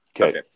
Okay